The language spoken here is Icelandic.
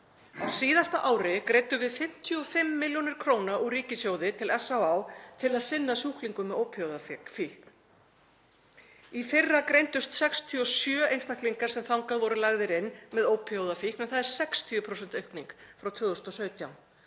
Á síðasta ári greiddum við 55 millj. kr. úr ríkissjóði til SÁÁ til að sinna sjúklingum með ópíóíðafíkn. Í fyrra greindust 67 einstaklingar sem þangað voru lagðir inn með ópíóíðafíkn, en það er 60% aukning frá 2017.